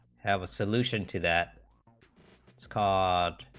have a solution to that scott o